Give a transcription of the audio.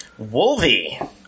Wolvie